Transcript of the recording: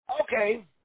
okay